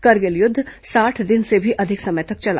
करगिल युद्ध साठ दिन से भी अधिक समय तक चला